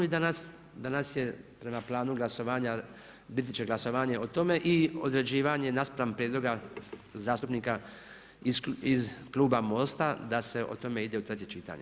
Danas je prema planu glasovanja biti će glasovanje o tome i odrađivanje naspram prijedloga zastupnika iz kluba MOST-a da se o tome ide u treće čitanje.